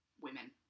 women